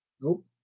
Nope